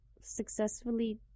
successfully